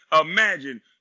Imagine